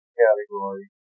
category